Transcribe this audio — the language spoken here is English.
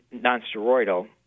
non-steroidal